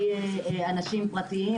יש פה איזושהי מעורבות --- יש פיקוח פרלמנטרי.